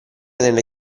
nelle